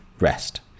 rest